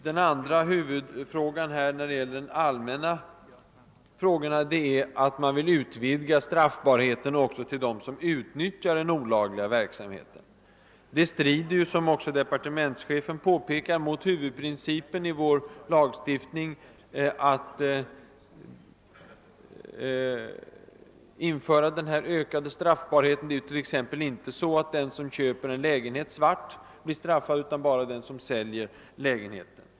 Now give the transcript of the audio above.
Den andra huvudfrågan på det all männa området gäller en utvidgning av straffbarheten också till dem som utnyttjar den olagliga verksamheten. Det strider, som departementschefen påpekar, mot en huvudprincip i vår lagstiftning att införa sådan ökad straffbarhet. Det är t.ex. inte så att den som köper en lägenhet svart blir straffad, utan bara den som säljer lägenheten.